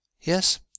Yes